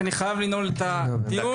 כי אני חייב לנעול את הדיון.